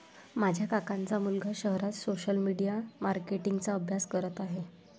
माझ्या काकांचा मुलगा शहरात सोशल मीडिया मार्केटिंग चा अभ्यास करत आहे